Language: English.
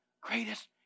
greatest